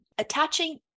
Attaching